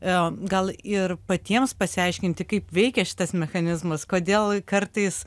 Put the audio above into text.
a gal ir patiems pasiaiškinti kaip veikia šitas mechanizmas kodėl kartais